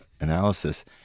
analysis